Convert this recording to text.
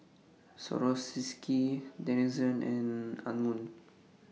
Swarovski Denizen and Anmum